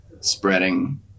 spreading